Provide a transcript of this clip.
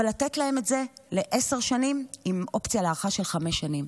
אבל לתת להם את זה לעשר שנים עם אופציה להארכה של חמש שנים.